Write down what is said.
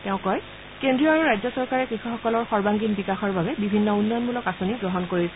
তেওঁ কয় কেন্দ্ৰীয় আৰু ৰাজ্য চৰকাৰে কৃষকসকলৰ সাৰ্বজনীন বিকাশৰ বাবে বিভিন্ন উন্নয়নমূলক আঁচনি গ্ৰহণ কৰিছে